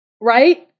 right